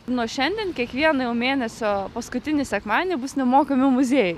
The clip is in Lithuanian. nuo šiandien kiekvieno mėnesio paskutinį sekmadienį bus nemokami muziejai